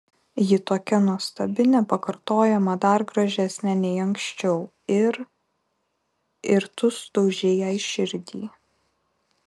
ji tokia nuostabi nepakartojama dar gražesnė nei anksčiau ir ir tu sudaužei jai širdį